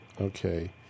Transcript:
Okay